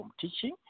teaching